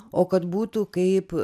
o kad būtų kaip